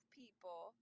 people